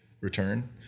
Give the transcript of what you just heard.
return